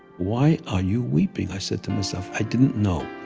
why are you weeping, i said to myself. i didn't know.